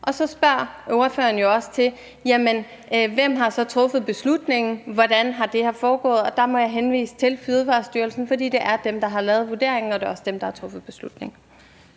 Og så spørger spørgeren jo også til: Hvem har så truffet beslutningen, og hvordan er det her foregået? Og der må jeg henvise til Fødevarestyrelsen, fordi det er dem, der har lavet vurderingen, og det er også dem, der har truffet beslutningen.